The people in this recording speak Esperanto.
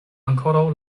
ankoraŭ